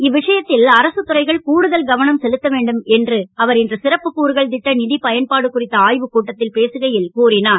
இவ்விஷயத்தில் அரசுத் துறைகள் கூடுதல் கவனம் செலுத்தவேண்டும் என்று அவர் இன்று சிறப்புக் கூறுகள் திட்ட நிதி பயன்பாடு குறித்து ஆய்வுக்கூட்டத்தில் பேசுகையில் கூறினார்